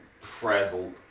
Frazzled